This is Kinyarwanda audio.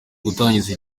gutangiza